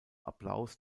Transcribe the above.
applaus